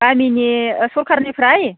गामिनि ओह सरकारनिफ्राय